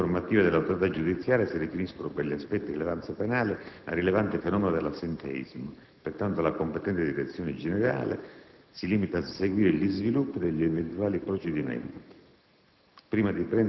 Le più recenti informative dell'autorità giudiziaria si riferiscono, per gli aspetti di rilevanza penale, al rilevante fenomeno dell'assenteismo. Pertanto, la competente direzione generale si limita a seguire gli sviluppi degli eventuali procedimenti,